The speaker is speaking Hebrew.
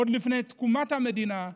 עוד לפני תקומת המדינה,